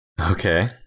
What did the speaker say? Okay